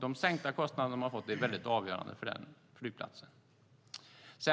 De sänkta kostnader de har fått är avgörande för den flygplatsen.